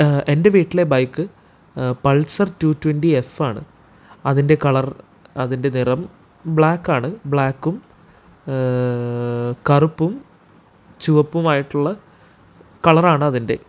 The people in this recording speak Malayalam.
എൻ്റെ വീട്ടിലെ ബൈക്ക് പൾസർ ടു ട്വൻ്റി എഫാണ് അതിൻ്റെ കളർ അതിൻ്റെ നിറം ബ്ലാക്ക് ആണ് ബ്ലാക്കും കറുപ്പും ചുവപ്പും ആയിട്ടുള്ള കളർ ആണ് അതിൻ്റെ